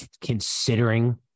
considering